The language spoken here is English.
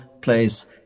place